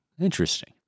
Interesting